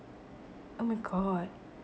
oh my god